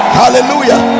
hallelujah